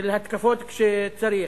של התקפות כשצריך,